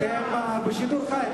אתם בשידור חי.